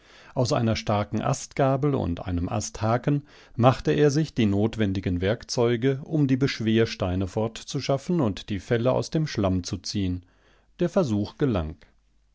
aus einer starken astgabel und einem asthaken machte er sich die notwendigen werkzeuge um die beschwersteine fortzuschaffen und die felle aus dem schlamm zu ziehen der versuch gelang